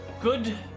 good